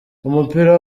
umupira